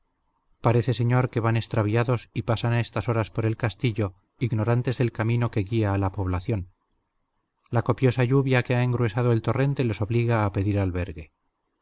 arjonilla parece señor que van extraviados y pasan a estas horas por el castillo ignorantes del camino que guía a la población la copiosa lluvia que ha engruesado el torrente les obliga a pedir albergue